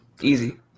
Easy